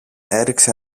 έριξε